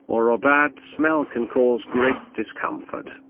or a bad smell can cause great discomfort.